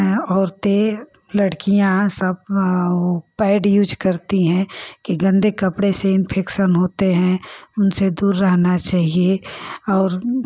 औरतें लड़कियाँ सब पैड यूज करती हैं कि गंदे कपड़े से इन्फेकशन होते हैं उनसे दूर रहना चहिए और